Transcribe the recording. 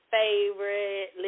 favorite